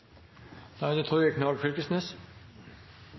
Da er det